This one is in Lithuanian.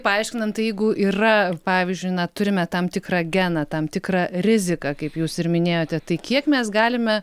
paaiškinant tai jeigu yra pavyzdžiui na turime tam tikrą geną tam tikrą riziką kaip jūs ir minėjote tai kiek mes galime